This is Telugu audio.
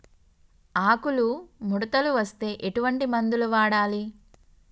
ఆకులు ముడతలు వస్తే ఎటువంటి మందులు వాడాలి?